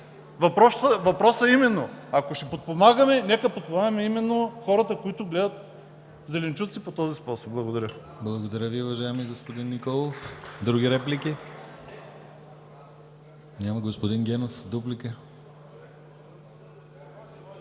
Въпросът е – ако ще подпомагаме, нека подпомагаме хората, които гледат зеленчуци по този способ. Благодаря.